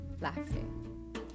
laughing